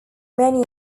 many